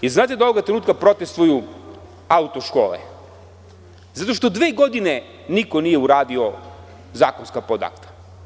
Jel vi znate da ovoga trenutka protestuju auto-škole zato što dve godine niko nije uradio zakonska podakta?